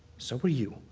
so were you.